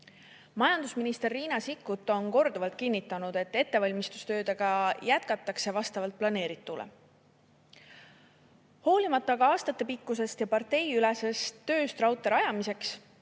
Majandusminister Riina Sikkut on korduvalt kinnitanud, et ettevalmistustöödega jätkatakse vastavalt planeeritule. Hoolimata aastatepikkusest ja parteideülesest tööst raudtee rajamiseks